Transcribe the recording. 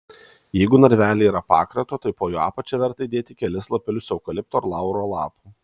jeigu narvelyje yra pakrato tai po jo apačia verta įdėti kelis lapelius eukalipto ar lauro lapų